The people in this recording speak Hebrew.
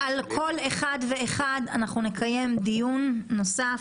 על כל אחד ואחד אנחנו נקיים דיון נוסף.